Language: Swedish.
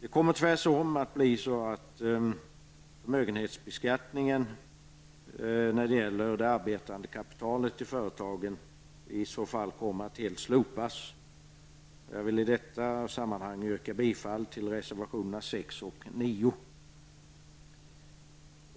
Det kommer tvärtom att bli så att förmögenhetsbeskattningen när det gäller det arbetande kapitalet i företagen i så fall helt kommer att slopas. Jag vill i detta sammanhang yrka bifall till reservationerna 6 och 9.